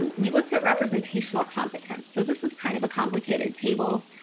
and we looked at representational competence. so this is kind of a complicated table.